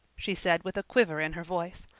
she said with a quiver in her voice.